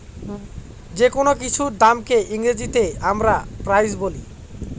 যেকোনো কিছুর দামকে ইংরেজিতে আমরা প্রাইস বলি